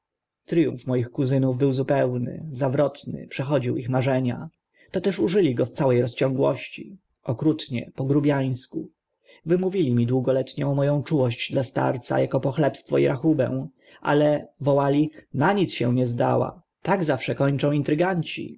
tryumf moich kuzynów był zupełny zawrotny przechodził ich marzenia toteż użyli go w całe rozciągłości okrutnie po grubiańsku wymówili mi długoletnią czułość dla starca ako pochlebstwo i rachubę ale wołali na nic się nie zdała tak zawsze kończą